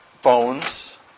phones